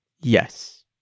Yes